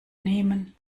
nehmen